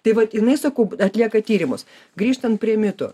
tai vat jinai sakau atlieka tyrimus grįžtant prie mitų